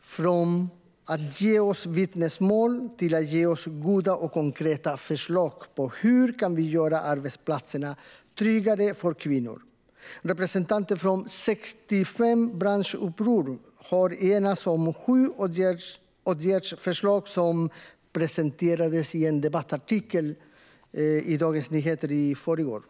från att ge oss vittnesmål till att ge oss goda och konkreta förslag på hur vi kan göra arbetsplatserna tryggare för kvinnor. Representanter för 65 branschupprop har enats om sju åtgärdsförslag som presenterades i en debattartikel i Dagens Nyheter i förrgår.